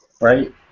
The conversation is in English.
right